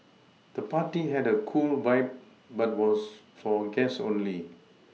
the party had a cool vibe but was for guests only